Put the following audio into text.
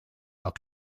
are